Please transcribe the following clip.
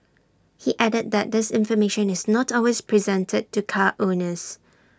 he added that this information is not always presented to car owners